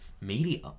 media